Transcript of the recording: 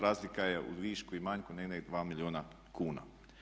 Razlika je u višku i manjku negdje 2 milijuna kuna.